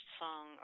song